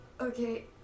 okay